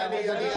לנהוג.